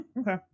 okay